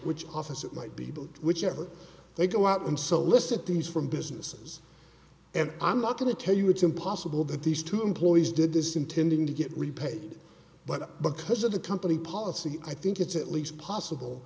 which office it might be but whichever they go out and so list at these from businesses and i'm not going to tell you it's impossible that these two employees did this intending to get repaid but because of the company policy i think it's at least possible